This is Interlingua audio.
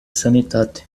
sanitate